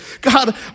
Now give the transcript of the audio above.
God